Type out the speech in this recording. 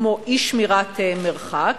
כמו אי-שמירת מרחק,